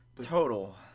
total